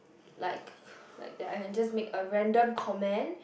like I can just make a random comment